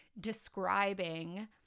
describing